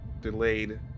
delayed